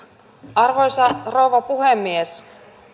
arvoisa rouva puhemies